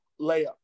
layup